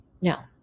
no